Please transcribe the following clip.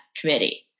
committee